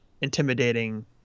intimidating